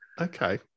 Okay